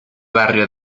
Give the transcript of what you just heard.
barrio